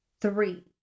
three